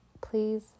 please